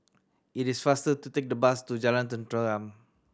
it is faster to take the bus to Jalan Tenteram